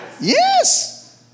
Yes